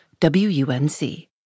WUNC